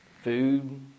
Food